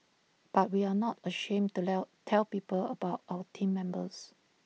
but we are not ashamed to tell people about our Team Members